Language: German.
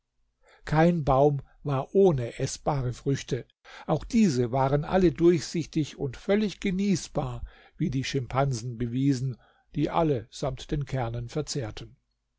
kein baum war ohne eßbare früchte auch diese waren alle durchsichtig und völlig genießbar wie die schimpansen bewiesen die alle samt den kernen verzehrten